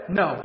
no